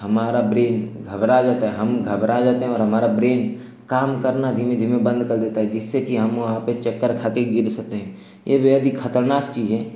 हमारा ब्रेन घबरा जाता है हम घबरा जाते हैं और हमारा ब्रेन काम करना धीमे धीमे बन्द कर देता है जिससे कि हम वहाँ पर चक्कर खाकर गिर सकते हैं यह बेहद ही खतरनाक चीज़ है